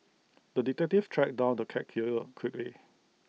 the detective tracked down the cat killer quickly